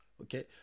okay